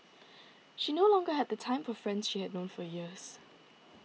she no longer had the time for friends she had known for years